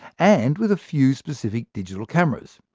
and with a few specific digital cameras.